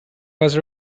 was